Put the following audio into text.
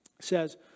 says